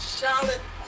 Charlotte